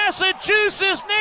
Massachusetts